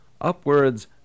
upwards